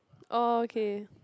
okay